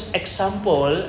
example